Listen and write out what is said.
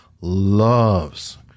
loves